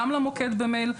גם למוקד במייל,